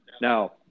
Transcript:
Now